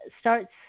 Starts